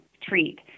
treat